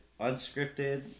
unscripted